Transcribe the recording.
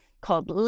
called